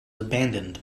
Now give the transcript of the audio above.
abandoned